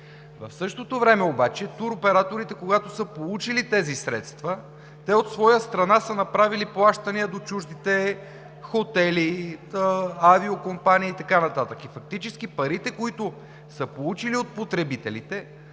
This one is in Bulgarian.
В същото време обаче туроператорите, когато са получили тези средства, от своя страна са направили плащания до чуждите хотели, авиокомпании и така нататък. Фактически парите, които са получили от потребителите,